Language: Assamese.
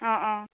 অঁ অঁ